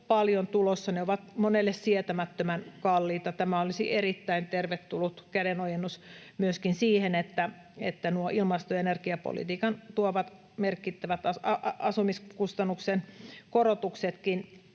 paljon tulossa. Ne ovat monelle sietämättömän kalliita. Tämä olisi erittäin tervetullut kädenojennus myöskin siihen, että noihin ilmasto- ja energiapolitiikan tuomiin merkittäviin asumiskustannuksen korotuksiin,